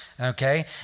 Okay